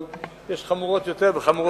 אבל יש חמורות יותר וחמורות פחות,